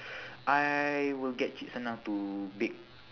I will get cik senah to bake